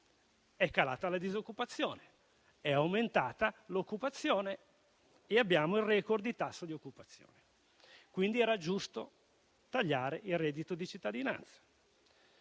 è calata la disoccupazione ed è aumentata l'occupazione. Abbiamo il *record* di tasso di occupazione. Quindi, era giusto tagliare il reddito di cittadinanza.